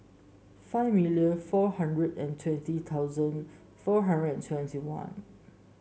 five million four hundred and twenty thousand four hundred and twenty one